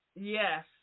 Yes